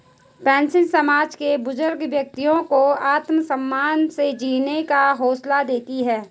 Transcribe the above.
pension समाज के बुजुर्ग व्यक्तियों को आत्मसम्मान से जीने का हौसला देती है